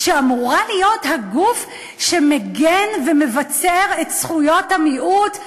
שאמורה להיות הגוף שמגן ומבצר את זכויות המיעוט,